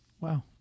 Wow